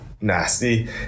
nasty